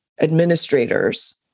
administrators